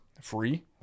free